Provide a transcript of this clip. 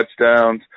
touchdowns